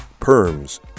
Perms